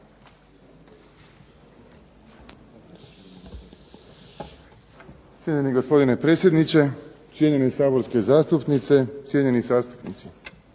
Cijenjeni gospodine predsjedniče, cijenjene saborske zastupnice, cijenjeni zastupnici.